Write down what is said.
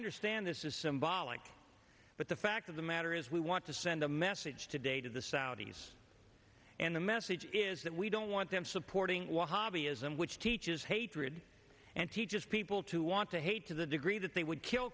understand this is symbolic but the fact of the matter is we want to send a message today to the saudis and the message is that we don't want them supporting wahhabi islam which teaches hatred and teaches people to want to hate to the degree that they would kill